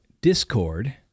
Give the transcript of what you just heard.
discord